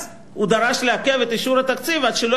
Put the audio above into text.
אז הוא דרש לעכב את אישור התקציב עד שלא